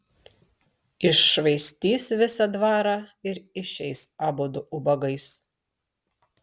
iššvaistys visą dvarą ir išeis abudu ubagais